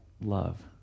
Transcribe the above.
love